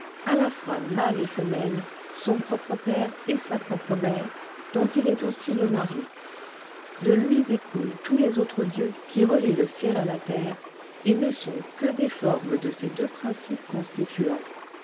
à la fois mâle et femelle son propre père et sa propre mère dont il est aussi le mari de lui découlent tous les autres dieux qui relient le ciel à la terre et ne sont que des formes de ces deux principes constituants